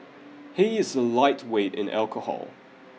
he is a lightweight in alcohol